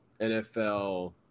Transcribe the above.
NFL